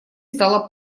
стало